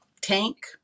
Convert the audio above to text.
tank